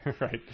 Right